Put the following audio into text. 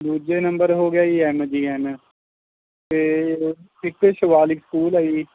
ਦੂਜੇ ਨੰਬਰ ਹੋ ਗਿਆ ਜੀ ਐਮ ਜੀ ਐਨ ਅਤੇ ਇਕ ਸ਼ਿਵਾਲਿਕ ਸਕੂਲ ਹੈ ਜੀ